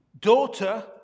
Daughter